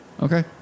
Okay